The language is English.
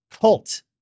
cult